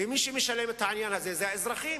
מי שמשלם את העניין הזה זה האזרחים.